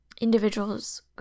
individuals